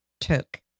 took